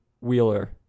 Wheeler